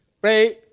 Pray